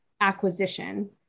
acquisition